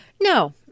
No